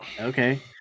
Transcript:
okay